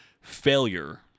failure